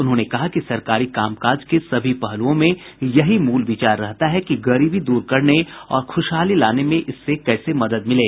उन्होंने कहा कि सरकारी कामकाज के सभी पहलुओं में यही मूल विचार रहता है कि गरीबी दूर करने और ख़ुशहाली लाने में इससे कैसे मदद मिले